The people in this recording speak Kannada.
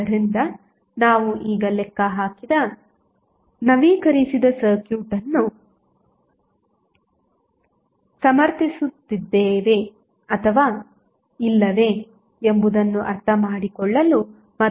ಆದ್ದರಿಂದ ನಾವು ಈಗ ಲೆಕ್ಕ ಹಾಕಿದ ನವೀಕರಿಸಿದ ಸರ್ಕ್ಯೂಟ್ ಹಕ್ಕನ್ನು ಸಮರ್ಥಿಸುತ್ತದೆಯೆ ಅಥವಾ ಇಲ್ಲವೇ ಎಂಬುದನ್ನು ಅರ್ಥಮಾಡಿಕೊಳ್ಳಲು ಮತ್ತು ಪಡೆಯಲು ಪ್ರಯತ್ನಿಸೋಣ